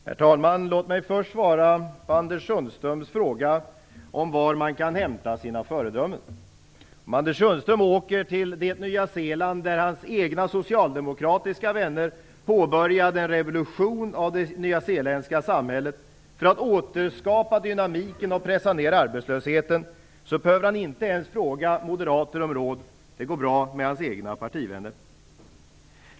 Herr talman! Låt mig först svara på Anders Sundströms fråga om var man kan hämta föredömen. Om Anders Sundström åker till det Nya Zeeland där hans egna socialdemokratiska vänner påbörjade en revolution av det nyzeeländska samhället för att återskapa dynamiken och pressa ned arbetslösheten behöver han inte fråga Moderaterna om råd. Det går bra med hans egna partivänner.